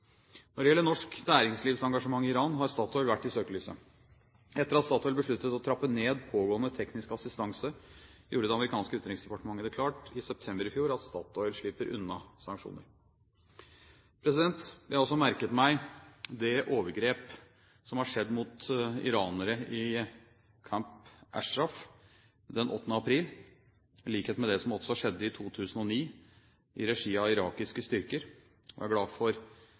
Når det gjelder norsk næringslivs engasjement i Iran, har Statoil vært i søkelyset. Etter at Statoil besluttet å trappe ned pågående teknisk assistanse, gjorde det amerikanske utenriksdepartementet i september i fjor det klart at Statoil slipper unna sanksjoner. Jeg har også merket meg det overgrep som har skjedd mot iranere i Camp Ashraf den 8. april, i likhet med det som også skjedde i 2009 i regi av irakiske styrker, og er glad for